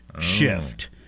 shift